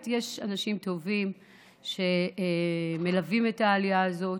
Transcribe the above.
ובאמת יש אנשים טובים שמלווים את העלייה הזו,